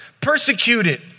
persecuted